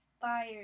fire